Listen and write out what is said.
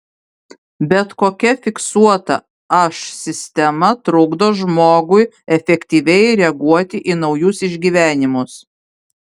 bet kokia fiksuota aš sistema trukdo žmogui efektyviai reaguoti į naujus išgyvenimus